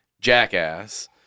jackass